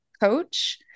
coach